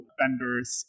vendors